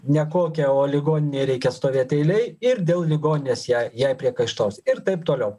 nekokia o ligoninėj reikia stovėti eilėje ir dėl ligoninės jei jai priekaištaus ir taip toliau